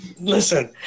Listen